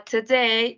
Today